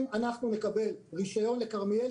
אם אנחנו נקבל רישיון לכרמיאל,